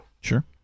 Sure